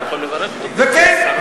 כן,